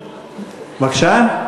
בבקשה?